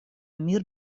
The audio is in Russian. мир